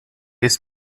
ist